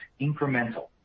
incremental